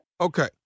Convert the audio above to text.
Okay